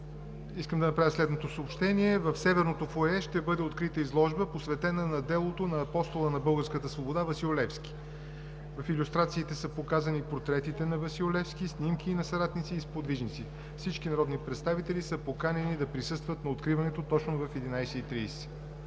Искам да направя следното съобщение: в северното фоайе ще бъде открита изложба, посветена на делото на Апостола на българската свобода Васил Левски. В илюстрациите са показани портретите на Васил Левски, снимки на съратници и сподвижници. Всички народни представители са поканени да присъстват на откриването точно в 11,30